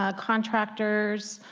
ah contractors,